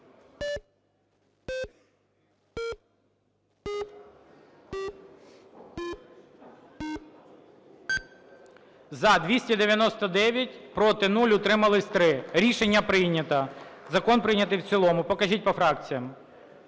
За-303 Проти – 0, утримались – 3. Рішення прийнято. Закон прийнятий в цілому. Покажіть по фракціях,